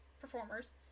performers